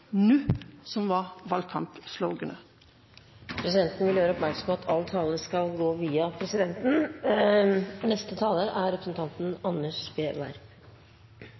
nå som var valgkampsloganet. Presidenten vil gjøre oppmerksom på at all tale skal gå via presidenten.